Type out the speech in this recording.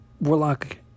Warlock